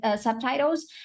subtitles